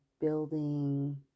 building